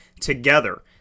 together